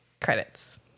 credits